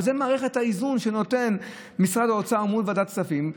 וזו מערכת האיזון שנותן משרד האוצר מול ועדת כספים.